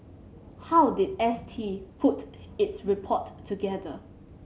how did S T put its report together